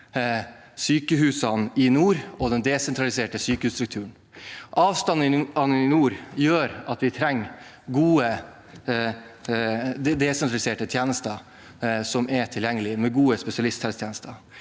sykehusene i nord og den desentraliserte sykehusstrukturen. Avstandene i nord gjør at vi trenger gode, desentraliserte tjenester som er tilgjengelige, med gode spesialisthelsetjenester.